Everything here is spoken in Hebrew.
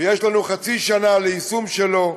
ויש לנו חצי שנה ליישום שלו,